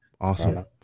Awesome